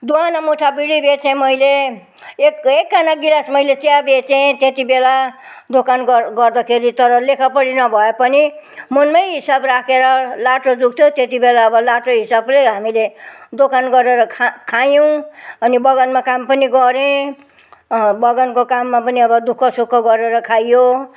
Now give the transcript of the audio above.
दुई आना मुठा बिँडी बेचेँ मैले एक एक आना गिलास मैले चिया बेचेँ त्यति बेला दोकान गर गर्दाखेरि तर लेखापढी नभए पनि मनमै हिसाब राखेर लाटो जुग थियो त्यति बेला अब लाटो हिसाबले हामीले दोकान गरेर खा खायौँ अनि बगानमा काम पनि गरेँ बगानको काममा पनि अब दुःखसुख गरेर खाइयो